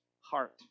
heart